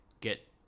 get